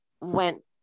went